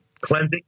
Cleansing